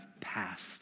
passed